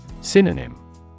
Synonym